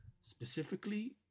specifically